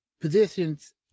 positions